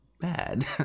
bad